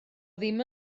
ddim